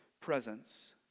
presence